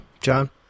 John